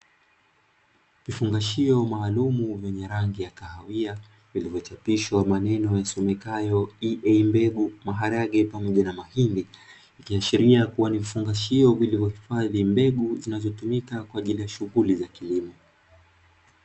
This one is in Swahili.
Vifungashio maalumu vyenye rangi ya kahawia vilivyochapishwa maneno yasomekayo ieimbegu maharage pamoja na mahindi, ikiashiria kuwa ni vifungashio vilivyohifadhi mbegu zinazotumika kwa ajili ya kilimo.